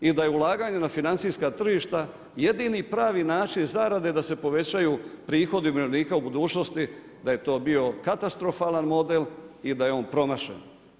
I da je ulaganja na financijska tržišta jedini pravi način zarade da se povećaju prihodi umirovljenika u budućnosti, da je to bio katastrofalan model i da je on promašen.